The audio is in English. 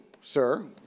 sir